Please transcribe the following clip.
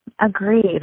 Agreed